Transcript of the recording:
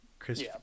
Chris